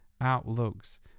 outlooks